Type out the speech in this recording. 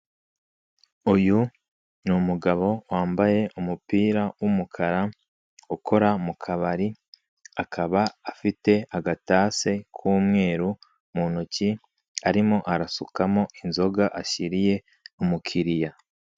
Uyu ni umugabo wambaye umupira w'umukara ukora mu kabari, akaba afite agatase k'umweru mu ntoki arimo arasukamo inzoga ashyiriye umukiriya.